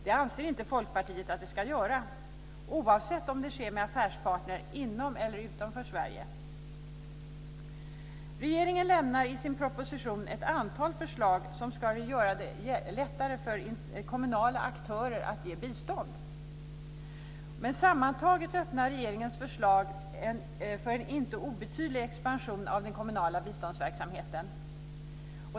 Det anser inte Folkpartiet att de ska göra oavsett om det sker med affärspartner inom eller utanför Sverige. Regeringen lämnar i sin proposition ett antal förslag som ska göra det lättare för kommunala aktörer att ge bistånd. Sammantaget öppnar regeringens förslag för en inte obetydlig expansion av den kommunala biståndsverksamheten.